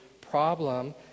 problem